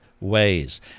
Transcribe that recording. ways